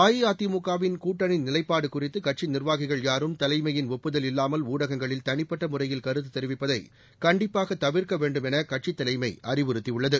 அஇஅதிமுக வின் கூட்டணி நிலைப்பாடு குறித்து கட்சி நிர்வாகிகள் யாரும் தலைமையின் ஒப்புதல் இல்லாமல் ஊடகங்களில் தனிப்பட்ட முறையில் கருத்து தெரிவிப்பதை கண்டிப்பாக தவிர்க்க வேண்டும் என கடசித் தலைமை அறிவுறுத்தியுள்ளது